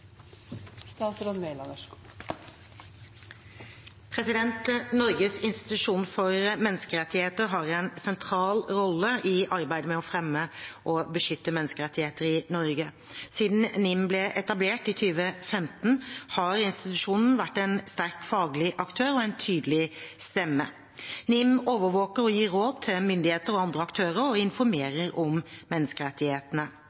Norges institusjon for menneskerettigheter, NIM, har en sentral rolle i arbeidet med å fremme og beskytte menneskerettigheter i Norge. Siden NIM ble etablert i 2015, har institusjonen vært en sterk faglig aktør og en tydelig stemme. NIM overvåker og gir råd til myndigheter og andre aktører og